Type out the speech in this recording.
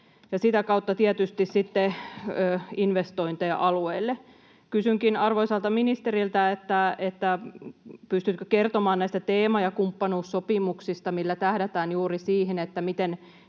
sitä kautta tietysti sitten saadaan investointeja alueelle. Kysynkin arvoisalta ministeriltä: pystyttekö kertomaan näistä teema- ja kumppanuussopimuksista, millä tähdätään juuri siihen, miten